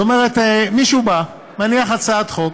זאת אומרת, מישהו בא, מניח הצעת חוק,